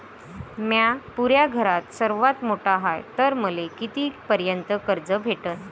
म्या पुऱ्या घरात सर्वांत मोठा हाय तर मले किती पर्यंत कर्ज भेटन?